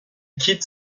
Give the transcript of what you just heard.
quitte